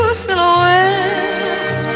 silhouettes